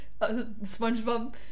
SpongeBob